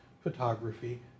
photography